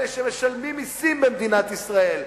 אלה שמשלמים מסים במדינת ישראל.